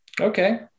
Okay